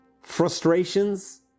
frustrations